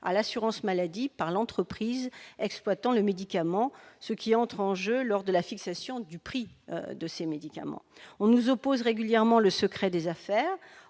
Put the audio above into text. à l'assurance maladie par l'entreprise exploitant le médicament, ce qui entre en jeu lors de la fixation du prix de certains médicaments. On nous oppose régulièrement le secret des affaires.